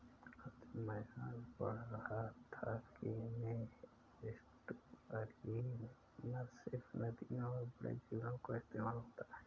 राजू मैं आज पढ़ रहा था कि में एस्टुअरीन मत्स्य सिर्फ नदियों और बड़े झीलों का इस्तेमाल होता है